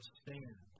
stand